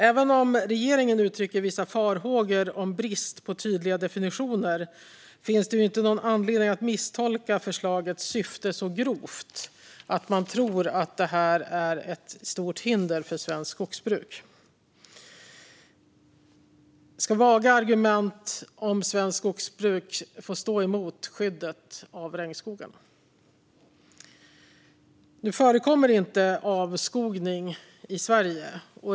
Även om regeringen uttrycker vissa farhågor om brist på tydliga definitioner finns det ingen anledning att misstolka förslagets syfte så grovt att man tror att det är ett stort hinder för svenskt skogsbruk. Ska vaga argument om svenskt skogsbruk få stå mot skyddet av regnskogarna? Nu förekommer inte avskogning i Sverige.